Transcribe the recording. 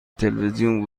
تلویزیون